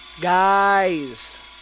Guys